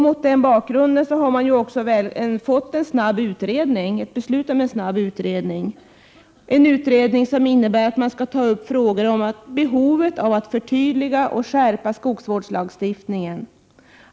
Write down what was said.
Mot den bakgrunden har det fattats beslut om en snabbutredning, som skall ta upp frågor om behovet av att förtydliga och skärpa skogsvårdslagstiftningen.